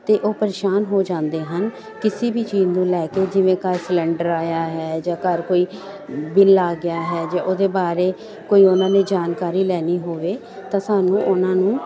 ਅਤੇ ਉਹ ਪਰੇਸ਼ਾਨ ਹੋ ਜਾਂਦੇ ਹਨ ਕਿਸੀ ਵੀ ਚੀਜ਼ ਨੂੰ ਲੈ ਕੇ ਜਿਵੇਂ ਘਰ ਕੋਈ ਸਿਲੰਡਰ ਆਇਆ ਹੈ ਜਾਂ ਘਰ ਕੋਈ ਬਿੱਲ ਆ ਗਿਆ ਹੈ ਜਾਂ ਉਹਦੇ ਬਾਰੇ ਕੋਈ ਉਹਨਾਂ ਨੇ ਜਾਣਕਾਰੀ ਲੈਣੀ ਹੋਵੇ ਤਾਂ ਸਾਨੂੰ ਉਹਨਾਂ ਨੂੰ